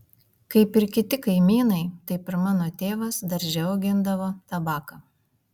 kaip ir kiti kaimynai taip ir mano tėvas darže augindavo tabaką